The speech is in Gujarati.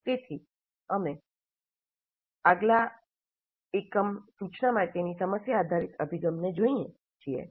તેથી અમે આગલા એકમ સૂચના માટેની સમસ્યા આધારિત અભિગમને જોઈએ છીએ